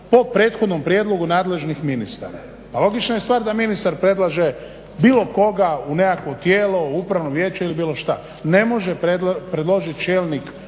po prethodnom prijedlogu nadležnih ministara. Pa logična je stvar da ministar predlaže bilo koga u nekakvo tijelo, upravo vijeće ili bilo šta. Ne može predložiti čelnik